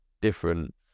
different